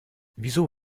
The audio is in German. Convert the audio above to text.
wieso